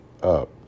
up